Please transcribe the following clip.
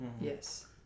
Yes